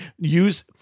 use